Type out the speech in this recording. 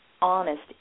honest